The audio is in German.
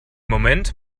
moment